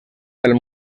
del